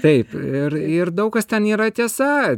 taip ir ir daug kas ten yra tiesa